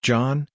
John